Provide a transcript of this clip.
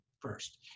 First